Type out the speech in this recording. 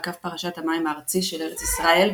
על קו פרשת המים הארצי של ארץ ישראל,